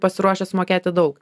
pasiruošęs mokėti daug